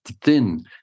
thin